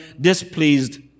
displeased